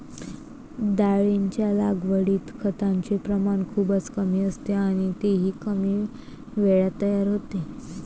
डाळींच्या लागवडीत खताचे प्रमाण खूपच कमी असते आणि तेही कमी वेळात तयार होते